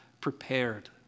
prepared